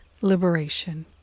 liberation